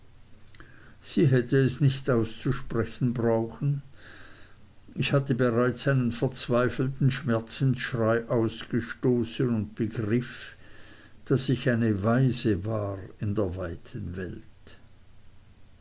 sie hätte es nicht auszusprechen brauchen ich hatte bereits einen verzweifelten schmerzensschrei ausgestoßen und begriff daß ich eine waise war in der weiten welt